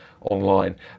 online